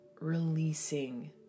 releasing